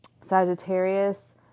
Sagittarius